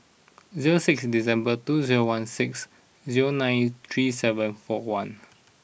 zero six December two zero one six zero nine three seven four one